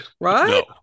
Right